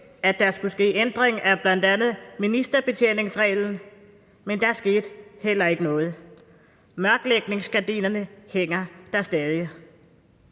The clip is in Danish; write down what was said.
at der skulle ske ændringer af bl.a. ministerbetjeningsreglen, men der skete heller ikke noget; mørklægningsgardinerne hænger der stadig.